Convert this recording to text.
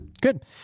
Good